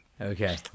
Okay